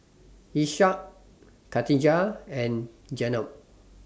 Ishak Katijah and Jenab